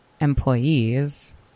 employees